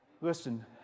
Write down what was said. Listen